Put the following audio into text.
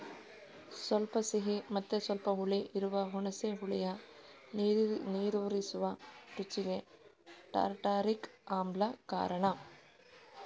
ಸ್ವಲ್ಪ ಸಿಹಿ ಮತ್ತೆ ಸ್ವಲ್ಪ ಹುಳಿ ಇರುವ ಹುಣಸೆ ಹುಳಿಯ ನೀರೂರಿಸುವ ರುಚಿಗೆ ಟಾರ್ಟಾರಿಕ್ ಆಮ್ಲ ಕಾರಣ